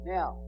Now